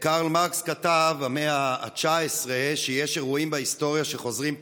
קרל מרקס כתב במאה ה-19 שיש אירועים בהיסטוריה שחוזרים פעמיים,